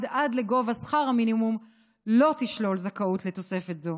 עד לגובה שכר המינימום לא תשלול זכאות לתוספת זו.